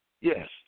Yes